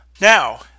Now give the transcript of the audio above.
Now